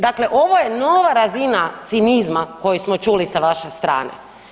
Dakle, ovo je nova razina cinizma koji smo čuli sa vaše strane.